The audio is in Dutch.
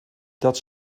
dat